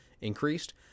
increased